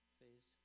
phase